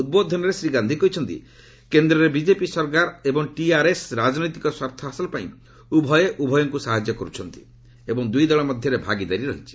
ଉଦ୍ବୋଧନରେ ଶ୍ରୀ ଗାନ୍ଧି କହିଚ୍ଚନ୍ତି କେନ୍ଦ୍ରରେ ବିଜେପି ସରକାର ଏବଂ ଟିଆର୍ଏସ୍ ରାଜନୈତିକ ସ୍ୱାର୍ଥ ହାସଲ ପାଇଁ ଉଭୟ ଉଭୟଙ୍କୁ ସାହାଯ୍ୟ କର୍ଚ୍ଛନ୍ତି ଏବଂ ଦୁଇ ଦଳ ମଧ୍ୟରେ ଭାଗିଦାରୀ ରହିଛି